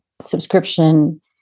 subscription